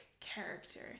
character